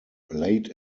late